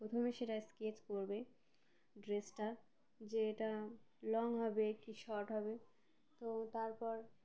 প্রথমে সেটা স্কেচ করবে ড্রেসটা যে এটা লং হবে কি শর্ট হবে তো তারপর